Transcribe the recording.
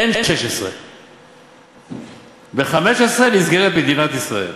אין 2016. ב-2015 נסגרת מדינת ישראל.